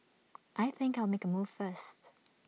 I think I'll make A move first